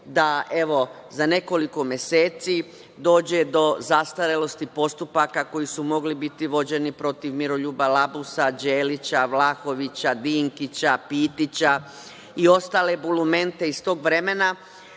da za nekoliko meseci dođe do zastarelosti postupaka koji su mogli biti vođeni protiv Miroljuba Labusa, Đelića, Vlahovića, Dinkića, Pitića i ostale bulumente iz tog vremena.